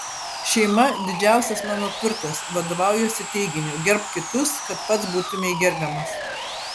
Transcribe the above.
šeima didžiausias mano turtas vadovaujuosi teiginiu gerbk kitus kad pats būtumei gerbiamas